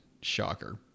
Shocker